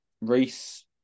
Reese